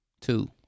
Two